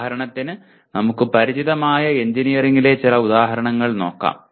ഉദാഹരണത്തിന് നമുക്ക് പരിചിതമായ എഞ്ചിനീയറിംഗിലെ ചില ഉദാഹരണങ്ങൾ നോക്കാം